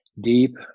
Deep